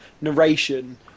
narration